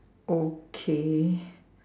okay